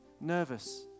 nervous